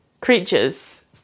creatures